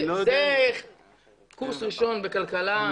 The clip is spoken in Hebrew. לא יודע --- זה קורס ראשון בכלכלה.